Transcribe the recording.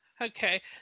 okay